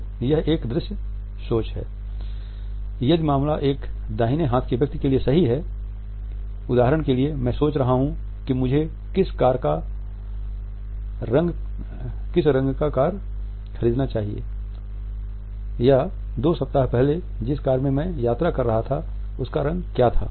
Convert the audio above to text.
तो यह एक दृश्य सोच है यदि मामला एक दाहिने हाथ के व्यक्ति के लिए सही है उदाहरण के लिए मैं सोच रहा हूं कि मुझे किस कार का रंग खरीदना चाहिए या दो सप्ताह पहले जिस कार में मैं यात्रा कर रहा था उसका रंग क्या था